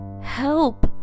Help